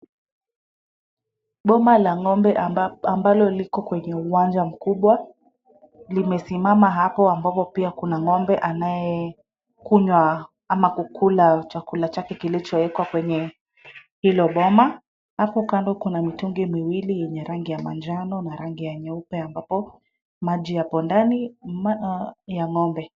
Boma la ng'ombe ambalo liko kwenye uwanja mkubwa limesimama hapo ambapo pia kuna ng'ombe anayekunywa ama kukula chakula chake kilichowekwa kwenye hilo boma. Hapo kando kuna mitungi miwili yenye rangi ya manjano na rangi ya nyeupe ambapo maji yapo ndani ya ng'ombe.